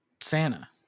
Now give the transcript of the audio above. Santa